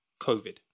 COVID